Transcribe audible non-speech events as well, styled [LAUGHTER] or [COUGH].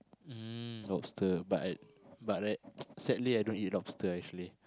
mm lobster but I but I [NOISE] sadly I don't eat lobster actually